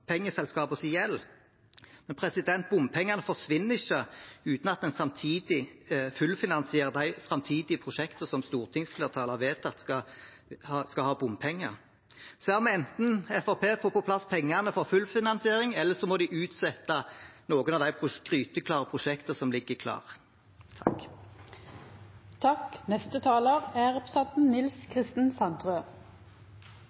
bompengene forsvinner ikke uten at en samtidig fullfinansierer de framtidige prosjektene som stortingsflertallet har vedtatt skal ha bompenger. Så her må enten Fremskrittspartiet få på plass pengene for fullfinansiering, eller så må de utsette noen av de gryteklare prosjektene som ligger